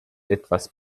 etwas